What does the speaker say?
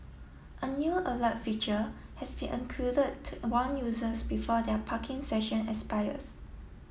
a new alert feature has been included to warn users before their parking session expires